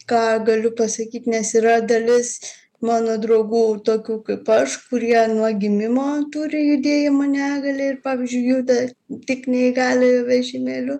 ką galiu pasakyt nes yra dalis mano draugų tokių kaip aš kurie nuo gimimo turi judėjimo negalią ir pavyzdžiui juda tik neįgaliojo vežimėliu